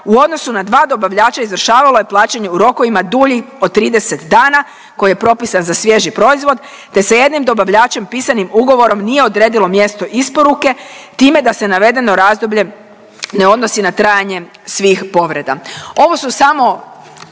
u odnosu na dva dobavljača izvršavalo je plaćanje u rokovima duljim od 30 dana koji je propisan za svježi proizvod te sa jednim dobavljačem pisanim ugovorom nije odredilo mjesto isporuke time da se navedeno razdoblje ne odnosi na trajanje svih povreda.